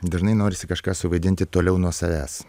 dažnai norisi kažką suvaidinti toliau nuo savęs